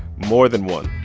more than one.